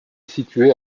située